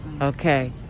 Okay